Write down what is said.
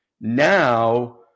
Now